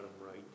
right